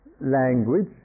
language